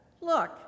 Look